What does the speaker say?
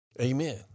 Amen